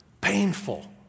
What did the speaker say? painful